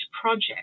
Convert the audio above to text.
project